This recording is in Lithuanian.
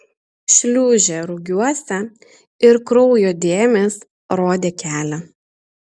šliūžė rugiuose ir kraujo dėmės rodė kelią